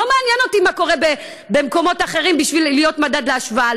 לא מעניין אותי מה קורה במקומות אחרים בשביל להיות מדד להשוואה.